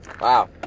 wow